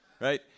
right